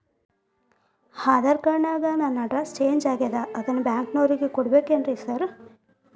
Aadhaar card ನ್ಯಾಗ ನನ್ address change ಆಗ್ಯಾದ ಅದನ್ನ ಬ್ಯಾಂಕಿನೊರಿಗೆ ಕೊಡ್ಬೇಕೇನ್ರಿ ಸಾರ್?